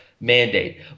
mandate